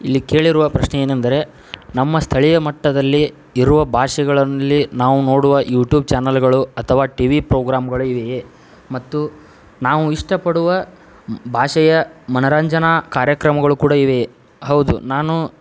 ಇಲ್ಲಿ ಕೇಳಿರುವ ಪ್ರಶ್ನೆ ಏನೆಂದರೆ ನಮ್ಮ ಸ್ಥಳೀಯ ಮಟ್ಟದಲ್ಲಿ ಇರುವ ಭಾಷೆಗಳಲ್ಲಿ ನಾವು ನೋಡುವ ಯೂಟೂಬ್ ಚಾನಲ್ಗಳು ಅಥವಾ ಟಿ ವಿ ಪ್ರೋಗ್ರಾಮ್ಗಳು ಇವೆಯೇ ಮತ್ತು ನಾವು ಇಷ್ಟ ಪಡುವ ಭಾಷೆಯ ಮನರಂಜನಾ ಕಾರ್ಯಕ್ರಮಗಳು ಕೂಡ ಇವೆಯೇ ಹೌದು ನಾನು